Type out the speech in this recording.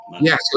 yes